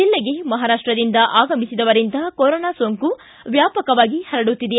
ಜಿಲ್ಲೆಗೆ ಮಹಾರಾಷ್ಟದಿಂದ ಅಗಮಿಸಿದವರಿಂದ ಕರೋನಾ ಸೋಂಕು ವ್ಯಾಪಕವಾಗಿ ಹರಡುತ್ತಿದೆ